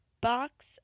box